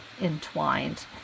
entwined